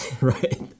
Right